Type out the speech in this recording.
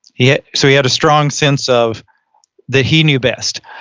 yeah so he had a strong sense of that he knew best,